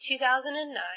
2009